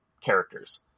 characters